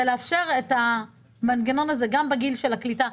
לאפשר את המנגנון הזה גם בגיל של הקליטה.